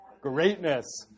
Greatness